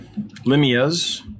limia's